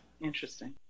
Interesting